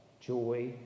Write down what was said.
joy